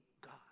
God